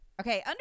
Okay